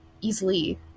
easily